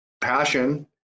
passion